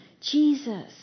Jesus